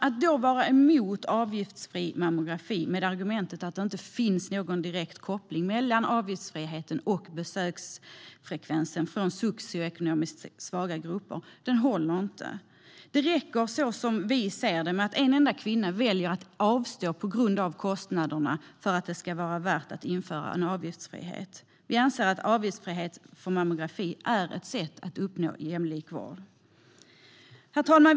Att då vara emot avgiftsfri mammografi med argumentet att det inte finns någon direkt koppling mellan avgiftsfriheten och besöksfrekvensen från socioekonomiskt svaga grupper håller inte. Det räcker, som vi ser det, att en enda kvinna väljer att avstå på grund av kostnaden för att det ska vara värt att införa avgiftsfrihet. Vi anser att avgiftsfrihet för mammografi är ett sätt att uppnå jämlik vård. Herr talman!